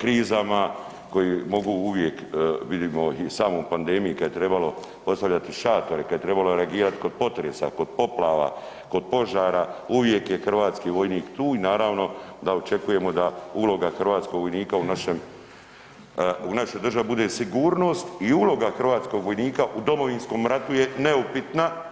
krizama koje mogu uvijek, vidimo i u samoj pandemiji kad je trebalo postavljati šatore, kad je trebalo reagirat kod potresa, kod poplava, kod požara, uvijek je hrvatski vojnik tu i naravno da očekujemo da uloga hrvatskog vojnika u našem, u našoj državi bude sigurnost i uloga hrvatskog vojnika u Domovinskom ratu je neupitna.